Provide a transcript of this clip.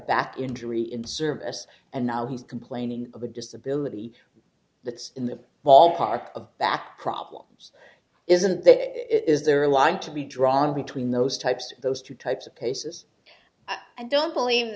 back injury in service and now he's complaining of a disability that's in the ballpark of back problems isn't it is there a line to be drawn between those types of those two types of cases i don't believe